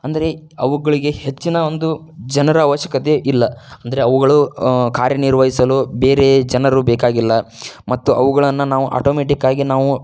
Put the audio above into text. ಅಂದರೆ ಅವುಗಳಿಗೆ ಹೆಚ್ಚಿನ ಒಂದು ಜನರ ಅವಶ್ಯಕತೆ ಇಲ್ಲ ಅಂದರೆ ಅವುಗಳು ಕಾರ್ಯನಿರ್ವಹಿಸಲು ಬೇರೆ ಜನರು ಬೇಕಾಗಿಲ್ಲ ಮತ್ತು ಅವುಗಳನ್ನು ನಾವು ಆಟೋ ಮೆಟಿಕ್ ಆಗಿ ನಾವು